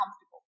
comfortable